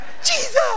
jesus